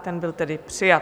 Ten byl tedy přijat.